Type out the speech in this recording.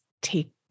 take